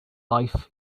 life